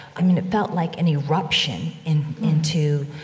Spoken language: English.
i mean, it felt like an eruption in into